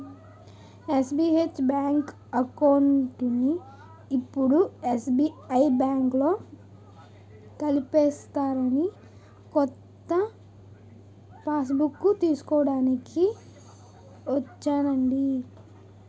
SBH bank అకౌంట్ని ఇప్పుడు SBI బాంకులో కలిపేసారని కొత్త పాస్బుక్కు తీస్కోడానికి ఒచ్చానండి